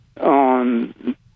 on